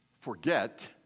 forget